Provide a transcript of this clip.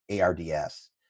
ARDS